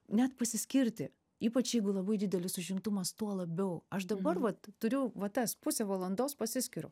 net pasiskirti ypač jeigu labai didelis užimtumas tuo labiau aš dabar vat turiu va tas pusė valandos pasiskiriu